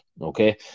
okay